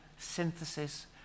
Synthesis